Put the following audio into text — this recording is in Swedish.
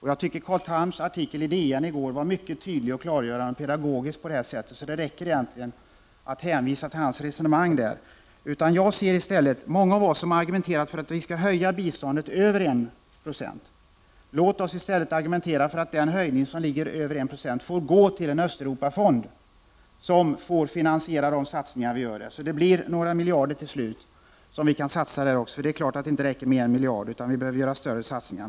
Jag tycker Carl Thams artikel i DN i går var mycket tydlig, klargörande och pedagogisk, så det räcker egentligen att hänvisa till hans resonemang där. Många av oss har argumenterat för att höja biståndet över 196. Låt oss i stället argumentera för att den höjningen nu får gå till en Östeuropafond, som får finansiera de satsningar vi gör där. Då blir det till slut några miljarder som vi kan satsa. Det är klart att det inte räcker med 1 miljard, utan det behövs större satsningar.